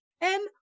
And-